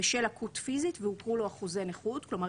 בשל לקות פיסית והוכרו לו אחוזי נכות," כלומר,